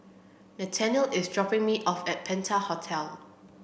Nathaniel is dropping me off at Penta Hotel